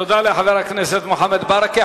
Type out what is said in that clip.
תודה לחבר הכנסת מוחמד ברכה.